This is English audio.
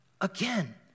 again